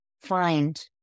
find